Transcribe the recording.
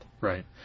Right